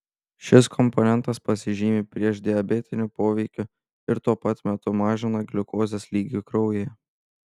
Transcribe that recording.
šis komponentas pasižymi priešdiabetiniu poveikiu ir tuo pat metu mažina gliukozės lygį kraujyje